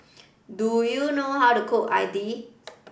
do you know how to cook idly